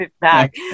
back